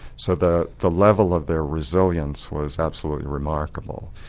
so the the level of their resilience was absolutely remarkable.